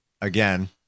again